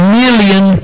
million